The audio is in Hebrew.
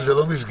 זה לא מסגרת.